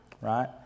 Right